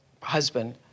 husband